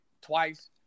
twice